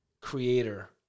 creator